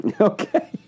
Okay